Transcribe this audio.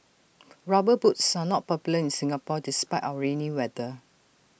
rubber boots are not popular in Singapore despite our rainy weather